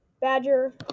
Badger